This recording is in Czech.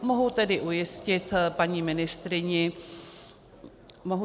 Mohu tedy ujistit paní ministryni... Mohu...?